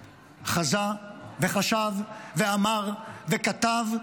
חזה, חשב, אמר וכתב,